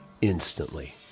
instantly